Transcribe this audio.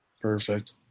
Perfect